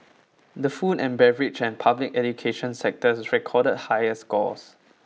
the food and beverage and public education sectors recorded higher scores